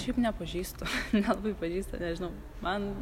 šiaip nepažįstu nelabai pažįstu nežinau man